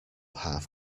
half